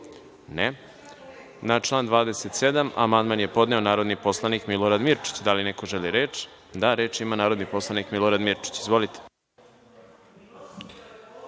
(Ne.)Na član 27. amandman je podneo narodni poslanik Milorad Mirčić. Da li neko želi reč? (Da.)Reč ima narodni poslanik Milorad Mirčić. Izvolite.(Narodni